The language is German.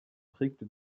prägte